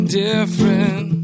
different